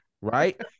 right